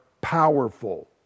powerful